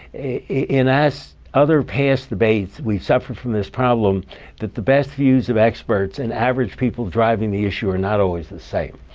in other past debates, we suffered from this problem that the best views of experts and average people driving the issue are not always the same,